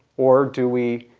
or do we